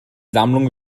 sammlung